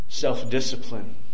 self-discipline